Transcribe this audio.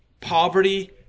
poverty